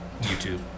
YouTube